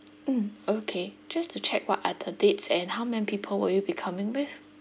mm okay just to check what are the dates and how many people will you be coming with